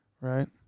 right